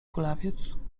kulawiec